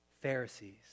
Pharisees